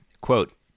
Quote